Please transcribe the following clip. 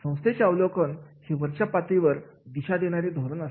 संस्थेचे अवलोकन हे वरच्या पातळीवरील दिशा देणारे धोरण असते